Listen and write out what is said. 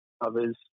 others